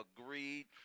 agreed